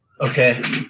Okay